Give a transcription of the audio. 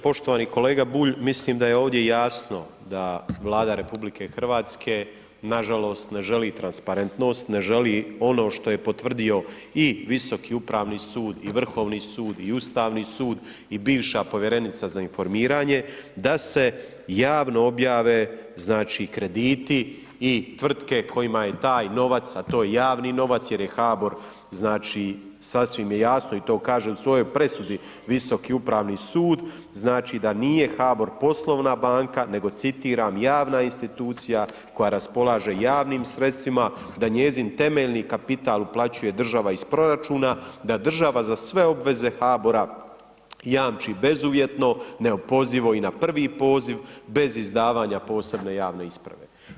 Poštovani kolega Bulj, mislim da je ovdje jasno da Vlada RH nažalost ne želi transparentnost, ne želi ono što je potvrdio i Visoki upravni sud i Vrhovni sud i Ustavni sud i bivša Povjerenica za informiranje da se javno objave, znači krediti i tvrtke kojima je taj novac, a to je javni novac jer je HBOR, znači, sasvim je jasno i to kaže u svojoj presudi Visoki upravni sud, znači da nije HBOR poslovna banka nego, citiram, javna institucija koja raspolaže javnim sredstvima da njezin temeljni kapital uplaćuje država iz proračuna, da država za sve obveze HBOR-a jamči bezuvjetno, neopozivo i na prvi poziv bez izdavanja posebne javne isprave.